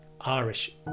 Irish